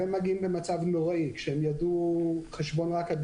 הם מגיעים במצב נוראי כשהם ידעו חשבון רק עד